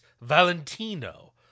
Valentino